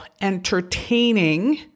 entertaining